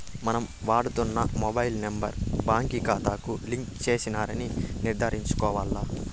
మనం వాడుతున్న mobile number బాంకీ కాతాకు లింక్ చేసినారని నిర్ధారించుకోవాల్ల